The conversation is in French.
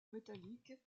métallique